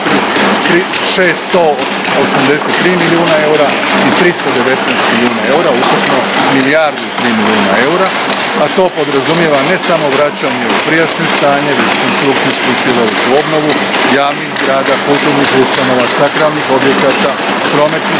683 milijuna eura i 319 milijuna eura, ukupno milijardu i tri milijuna eura, a to podrazumijeva ne samo vraćanje u prijašnje stanje, već konstrukcijsku i cjelovitu obnovu javnih zgrada, kulturnih ustanova, sakralnih objekata, prometnica,